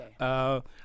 Okay